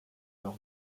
leur